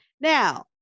Now